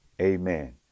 Amen